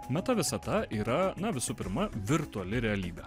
meta visata yra na visų pirma virtuali realybė